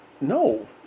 no